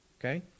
okay